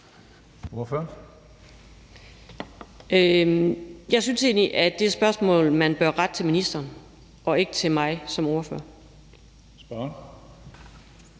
Jeg synes egentlig, at det er spørgsmål, man bør rette til ministeren og ikke til mig som ordfører.